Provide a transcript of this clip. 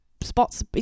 spots